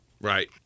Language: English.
right